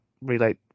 relate